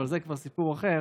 אבל זה כבר סיפור אחר,